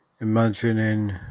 Imagining